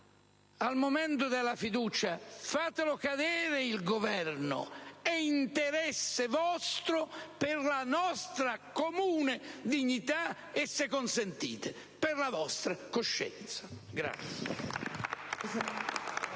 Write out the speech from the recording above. il voto di fiducia fatelo cadere il Governo! È interesse vostro, per la nostra comune dignità e - se consentite - per la vostra coscienza.